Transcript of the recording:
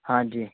ਹਾਂਜੀ